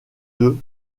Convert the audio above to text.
deux